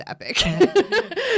Epic